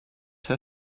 her